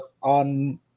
on